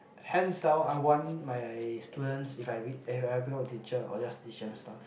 hands down I want my students if I if I become a teacher I'll just teach them stuff